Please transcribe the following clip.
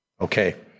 Okay